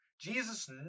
Jesus